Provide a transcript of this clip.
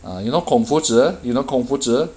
ah you know 孔夫子 you know 孔夫子